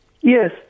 Yes